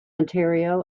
ontario